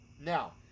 Now